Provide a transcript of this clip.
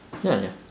ya ya